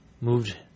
moved